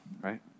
right